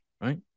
Right